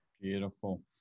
Beautiful